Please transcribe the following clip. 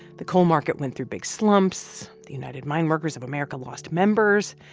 the coal market went through big slumps. the united mine workers of america lost members.